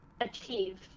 achieve